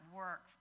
work